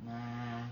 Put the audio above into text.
nah